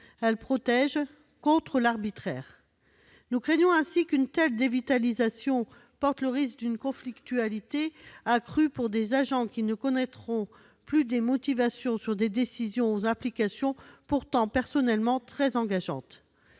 elles protègent contre l'arbitraire. Nous craignons ainsi qu'une telle dévitalisation ne porte le risque d'une conflictualité accrue pour des agents qui ne connaîtront plus les motivations de décisions aux implications pourtant personnellement très engageantes.